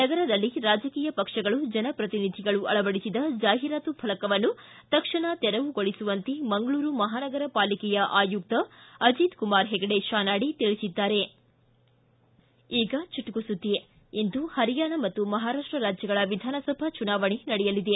ನಗರದಲ್ಲಿ ರಾಜಕೀಯ ಪಕ್ಷಗಳು ಜನಪ್ರತಿನಿಧಿಗಳು ಅಳವಡಿಸಿದ ಜಾಹೀರಾತು ಫಲಕವನ್ನು ತಕ್ಷಣ ತೆರವುಗೊಳಿಸುವಂತೆ ಮಂಗಳೂರು ಮಹಾನಗರ ಪಾಲಿಕೆಯ ಆಯುಕ್ತ ಅಜಿತ್ ಕುಮಾರ್ ಹೆಗ್ಡೆ ಶಾನಾಡಿ ತಿಳಿಸಿದ್ದಾರೆ ಈಗ ಚುಟುಕು ಸುದ್ದಿ ಇಂದು ಪರಿಯಾಣ ಮತ್ತು ಮಹಾರಾಷ್ಷ ರಾಜ್ಯಗಳ ವಿಧಾನಸಭಾ ಚುನಾವಣೆ ನಡೆಯಲಿದೆ